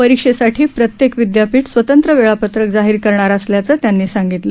परीक्षेसाठी प्रत्येक विद्यापीठ स्वतंत्र वेळापत्रक जाहीर करणार असल्याचं त्यांनी सांगितलं